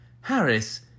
Harris